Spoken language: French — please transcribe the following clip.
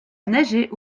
neiger